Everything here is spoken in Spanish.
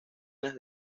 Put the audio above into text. las